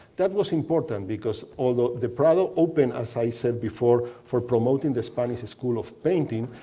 that was important because although the prado opened, as i said before, for promoting the spanish school of painting,